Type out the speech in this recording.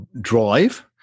drive